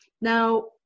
now